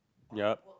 yup